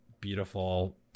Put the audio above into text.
beautiful